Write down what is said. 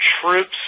troops